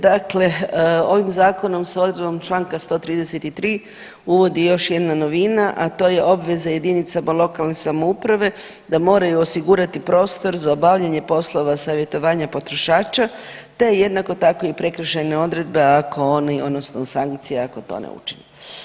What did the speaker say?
Dakle, ovim zakonom se odredbom članka 133. uvodi još jedna novina, a to je obveza jedinicama lokalne samouprave da moraju osigurati prostor za obavljanje poslova savjetovanja potrošača, te jednako tako i prekršajne odredbe ako oni, odnosno sankcija ako to ne učine.